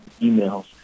emails